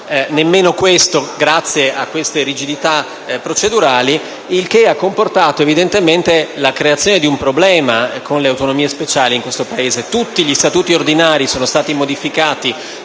neanche questo, grazie a queste rigidità procedurali. Ciò ha comportato, evidentemente, la creazione di un problema con le autonomie speciali in questo Paese. Tutti gli statuti ordinari sono stati modificati